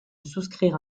souscrire